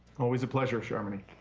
always a pleasure, sharmini.